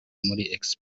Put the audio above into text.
muri